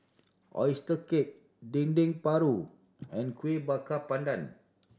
oyster cake Dendeng Paru and Kueh Bakar Pandan